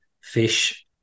fish